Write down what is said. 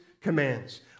commands